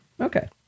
Okay